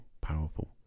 powerful